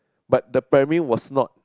but the primary was not